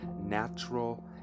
natural